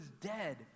dead